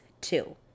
two